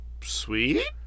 sweet